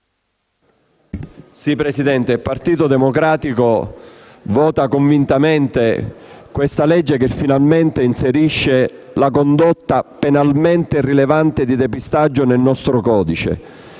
Presidente, il Partito Democratico voterà convintamente questo disegno di legge che finalmente inserisce la condotta penalmente rilevante di depistaggio nel nostro codice.